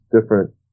different